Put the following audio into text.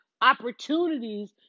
opportunities